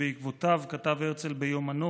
ובעקבותיו כתב הרצל ביומנו